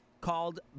called